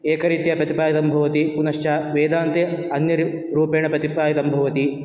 एकारीत्या प्रतिपादितम् भवति पुनश्च वेदान्ते अन्यरूप् रूपेण प्रतिपादितम् भवति